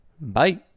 Bye